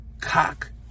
Cock